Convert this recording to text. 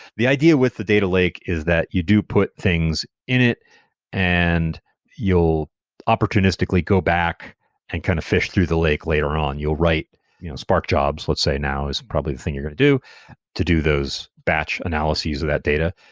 the idea with the data lake is that you do put things in it and you'll opportunistically go back and kind of fish through the lake later on. you'll write spark jobs, let's say, now is probably the thing you're going to do to do those batch analyses of that data.